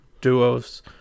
duos